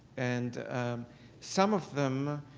and some of them